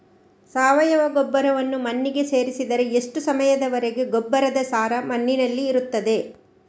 ಸಾವಯವ ಗೊಬ್ಬರವನ್ನು ಮಣ್ಣಿಗೆ ಸೇರಿಸಿದರೆ ಎಷ್ಟು ಸಮಯದ ವರೆಗೆ ಗೊಬ್ಬರದ ಸಾರ ಮಣ್ಣಿನಲ್ಲಿ ಇರುತ್ತದೆ?